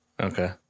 Okay